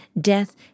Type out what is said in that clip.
death